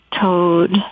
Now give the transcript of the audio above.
Toad